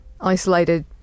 isolated